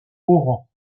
oran